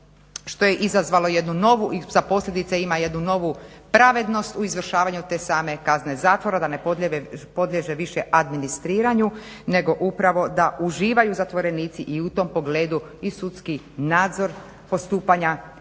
što je izazvalo jednu novu i za posljedice ima jednu novu pravednost u izvršavanju te same kazne zatvora da ne podliježe više administriranju, nego upravo da uživaju zatvorenici i u tom pogledu i sudski nadzor postupanja prema